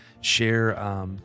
Share